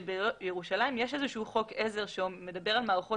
שבירושלים יש חוק עזר שמדבר על מערכות